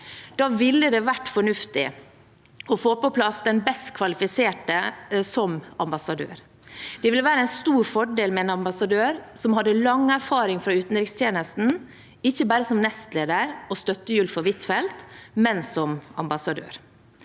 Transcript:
Da ville det vært fornuftig å få på plass den best kvalifiserte som ambassadør. Det vil være en stor fordel med en ambassadør som hadde lang erfaring fra utenrikstjenesten – ikke bare som nestleder og støttehjul for Huitfeldt, men som ambassadør.